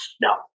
No